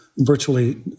Virtually